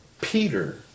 Peter